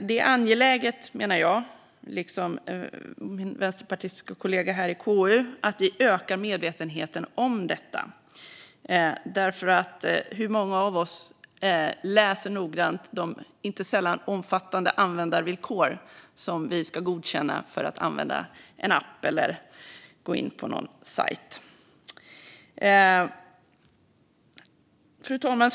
Det är, menar jag liksom min vänsterpartistiska kollega i KU, angeläget att vi ökar medvetenheten om detta. Hur många av oss läser noggrant de inte sällan omfattande användarvillkor som vi ska godkänna för att använda en app eller gå in på någon sajt? Fru talman!